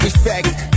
Respect